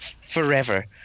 forever